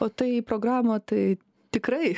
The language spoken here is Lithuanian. o tai programą tai tikrai